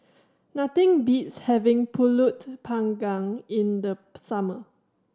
nothing beats having Pulut Panggang in the summer